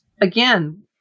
again